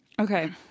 Okay